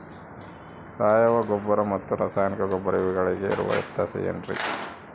ಸಾವಯವ ಗೊಬ್ಬರ ಮತ್ತು ರಾಸಾಯನಿಕ ಗೊಬ್ಬರ ಇವುಗಳಿಗೆ ಇರುವ ವ್ಯತ್ಯಾಸ ಏನ್ರಿ?